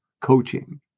coaching